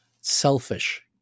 selfish